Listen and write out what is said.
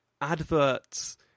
adverts